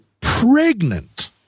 pregnant